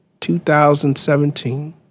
2017